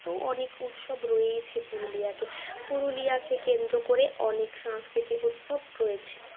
তো অনেক উৎসব রয়েছে পুরুলিয়াকে পুরুলিয়াকে কেন্দ্র করে অনেক সাংস্কৃতিক উৎসব রয়েছে